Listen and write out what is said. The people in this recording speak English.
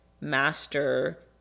master